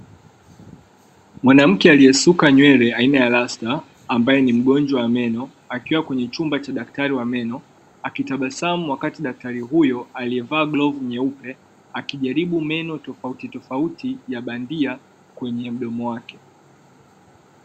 Mwanamke aliyesuka nywele aina ya rasta ambaye ni mgonjwa wa meno, akiwa kwenye chumba cha daktari wa meno akitabasamu wakati daktari huyo aliyevaa glavu nyeupe, akijaribu meno tofauti tofauti ya bandia kwenye mdomo wake.